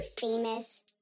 famous